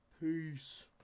Peace